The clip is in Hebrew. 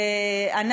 העולמית,